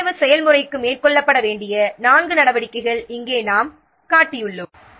மறுஆய்வு செயல்முறைக்கு மேற்கொள்ளப்பட வேண்டிய 4 நடவடிக்கைகள் இங்கே நாம் காட்டியுள்ளோம்